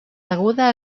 deguda